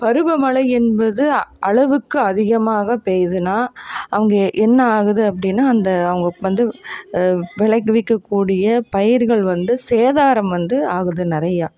பருவமழை என்பது அளவுக்கு அதிகமாக பெய்துதுன்னா அங்கே என்ன ஆகுது அப்படின்னா அந்த அவங்க வந்து விளைவிக்கக் கூடிய பயிர்கள் வந்து சேதாரம் வந்து ஆகுது நிறையா